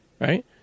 right